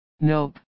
nope